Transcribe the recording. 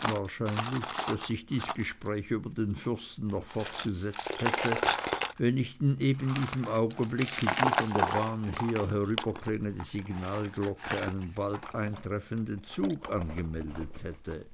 wahrscheinlich daß sich dies gespräch über den fürsten noch fortgesetzt hätte wenn nicht in ebendiesem augenblicke die von der bahn her herüberklingende signalglocke einen bald eintreffenden zug angemeldet hätte